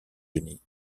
unis